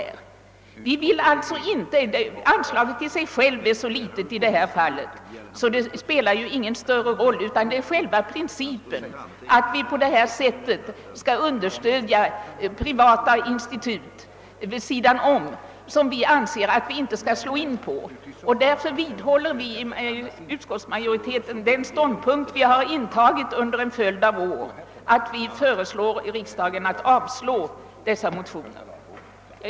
Det anslag som föreslås är så litet att det inte i och för sig skulle spela någon större roll om vi beviljade det, men det är principen det gäller; vi anser att man inte bör slå in på vägen att på detta sätt understödja privata institut vilkas verksamhet ligger vid sidan om den statliga verksamheten. Därför vidhåller utskottsmajoriteten den ståndpunkt den intagit under en följd av år och föreslår alltså riksdagen att avslå dessa motioner.